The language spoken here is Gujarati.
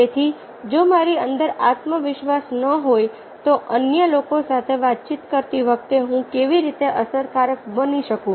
તેથી જો મારી અંદર આત્મવિશ્વાસ ન હોય તો અન્ય લોકો સાથે વાતચીત કરતી વખતે હું કેવી રીતે અસરકારક બની શકું